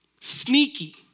Sneaky